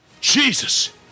Jesus